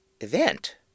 event